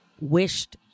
wished